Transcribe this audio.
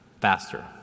faster